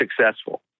successful